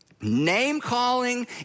name-calling